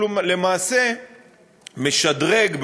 והוא למעשה משדרג,